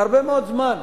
הרבה מאוד זמן.